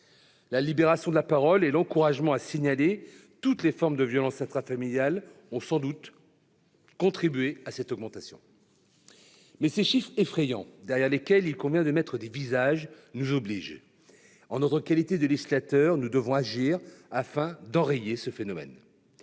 La libération de la parole et l'encouragement à signaler toutes les formes de violences intrafamiliales ont sans aucun doute contribué à cette augmentation. Ces chiffres effrayants, derrière lesquels il convient de mettre des visages, nous obligent, en notre qualité de législateur, à agir : il s'agit pour nous d'enrayer ce phénomène.